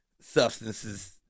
substances